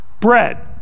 bread